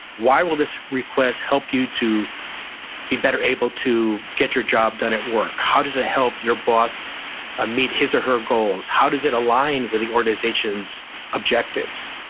why will this request help you to be better able to get your job done at work? how does it help your boss ah meet his or her goals? how does it align with the organization's objectives?